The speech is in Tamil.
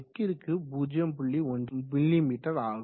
1 மிமீ ஆகும்